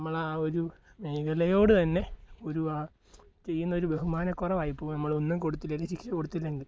നമ്മൾ ആ ഒരു മേഖലയോട് തന്നെ ഒരു ആ ചെയ്യുന്ന ഒരു ബഹുമാനക്കുറവ് ആയിപ്പോവും നമ്മൾ ഒന്നും കൊടുത്തില്ലെങ്കിൽ ശിക്ഷ കൊടുത്തില്ലെങ്കിൽ